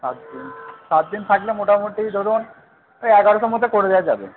আচ্ছা সাত দিন সাত দিন থাকলে মোটামুটি ধরুন ওই এগারোশো মধ্যে করে দেওয়া যাবে